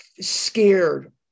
scared